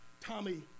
Tommy